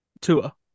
Tua